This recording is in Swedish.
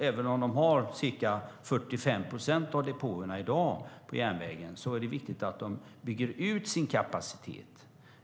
Även om de har ca 45 procent av depåerna i dag på järnvägen är det viktigt att de bygger ut sin kapacitet.